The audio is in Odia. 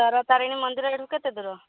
ତାରାତାରିଣୀ ମନ୍ଦିର ଏଇଠୁ କେତେ ଦୂର